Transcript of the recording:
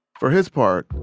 for his part,